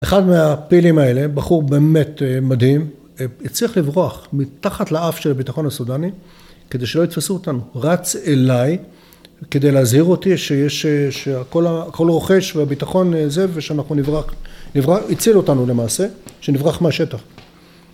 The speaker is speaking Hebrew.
אחד מהפעילים האלה, בחור באמת מדהים, הצליח לברוח מתחת לאף של הביטחון הסודני כדי שלא יתפסו אותנו, רץ אליי כדי להזהיר אותי שהכל רוחש והביטחון זה ושאנחנו נברח, נברח, הציל אותנו למעשה, שנברח מהשטח